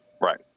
Right